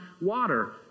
water